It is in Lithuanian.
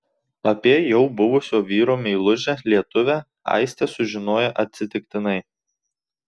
apie jau buvusio vyro meilužę lietuvę aistė sužinojo atsitiktinai